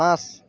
পাঁচ